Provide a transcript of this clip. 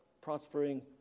prospering